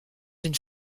une